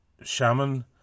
shaman